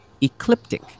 ecliptic